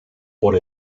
por